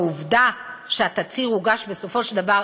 העובדה שהתצהיר הוגש בסופו של דבר,